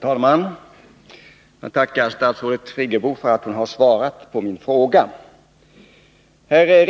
Herr talman! Jag tackar statsrådet Friggebo för att hon har svarat på min fråga. Birgit Friggebo har här